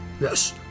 Yes